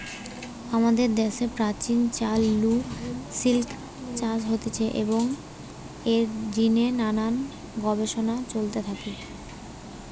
আমাদের দ্যাশে প্রাচীন কাল নু সিল্ক চাষ হতিছে এবং এর জিনে নানান গবেষণা চলতে থাকি